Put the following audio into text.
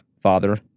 Father